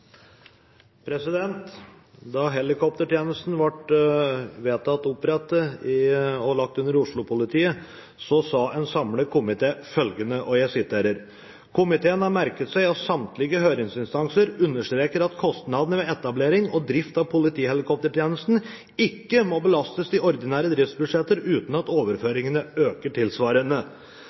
Da helikoptertjenesten ble vedtatt opprettet og lagt under Oslo-politiet, sa en samlet komité følgende: «Komiteen har merket seg at samtlige høringsinstanser understreker at kostnadene ved etablering og drift av en politihelikoptertjeneste ikke må belastes de ordinære driftsbudsjetter uten at overføringene øker tilsvarende.»